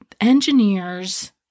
engineers